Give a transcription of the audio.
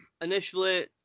initially